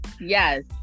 yes